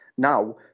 Now